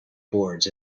boards